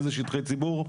איזה שטחי ציבור.